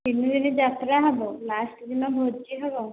ତିନି ଦିନ ଯାତ୍ରା ହେବ ଲାଷ୍ଟ୍ ଦିନ ଭୋଜି ହେବ